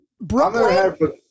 Brooklyn